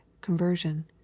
conversion